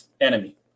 enemy